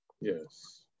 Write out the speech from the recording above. Yes